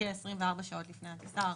כ-24 או 48 שעות לפני הטיסה.